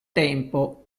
tempo